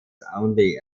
only